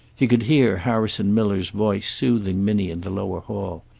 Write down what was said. he could hear harrison miller's voice soothing minnie in the lower hall,